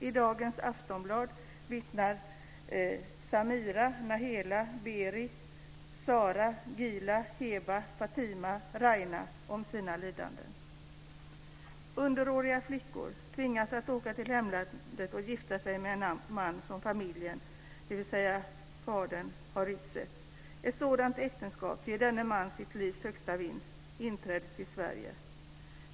I dagens Aftonbladet vittnar Samira, Saleha, Beri, Sara, Gila, Heba, Fatima och Rania om sina lidanden. Underåriga flickor tvingas att åka till hemlandet och gifta sig med en man som familjen, dvs. fadern, har utsett. Ett sådant äktenskap ger denne man hans livs högsta vinst: inträde till Sverige.